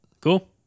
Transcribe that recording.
Cool